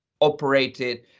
operated